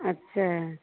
अच्छा